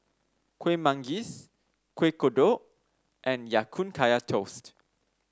Kueh Manggis Kuih Kodok and Ya Kun Kaya Toast